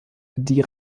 die